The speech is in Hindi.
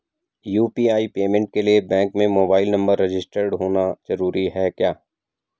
यु.पी.आई पेमेंट के लिए बैंक में मोबाइल नंबर रजिस्टर्ड होना जरूरी है क्या?